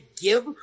give